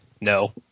no